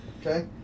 okay